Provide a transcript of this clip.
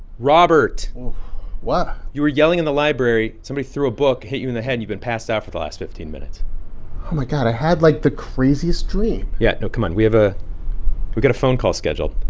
robert what? you were yelling in the library. somebody threw a book and hit you in the head. you've been passed out for the last fifteen minutes oh, my god. i had, like, the craziest dream yeah, no, come on. we have a we got a phone call scheduled